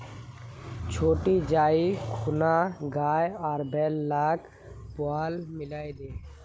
छोटी जाइ खूना गाय आर बैल लाक पुआल मिलइ दे